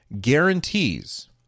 guarantees